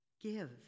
Give